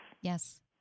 Yes